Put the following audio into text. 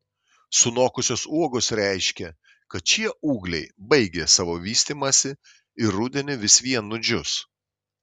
sunokusios uogos reiškia kad šie ūgliai baigė savo vystymąsi ir rudenį vis vien nudžius